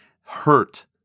hurt